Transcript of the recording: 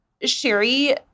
Sherry